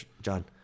John